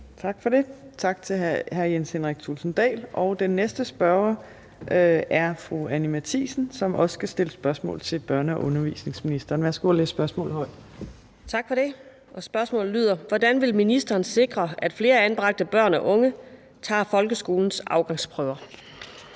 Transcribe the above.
Tak for det. Tak til hr. Jens Henrik Thulesen Dahl. Den næste spørger er fru Anni Matthiesen, som også skal stille spørgsmål til børne- og undervisningsministeren. Kl. 15:50 Spm. nr. S 1343 (omtrykt) 30) Til børne- og undervisningsministeren af: Anni Matthiesen (V): Hvordan vil ministeren sikre, at flere anbragte børn og unge tager folkeskolens afgangsprøver?